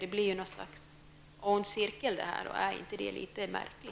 Det blir en ond cirkel, som jag tycker är märklig.